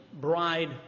bride